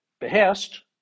behest